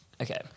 Okay